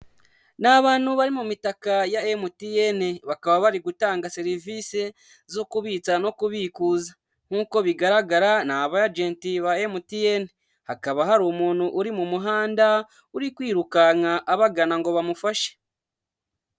Ni abantu bari mu mitaka ya MTN, bakaba bari gutanga serivisi zo kubitsa no kubikuza, nkuko bigaragara ni abajenti ba MTN. Hakaba hari umuntu uri mu muhanda, uri kwirukanka abagana ngo bamufashe.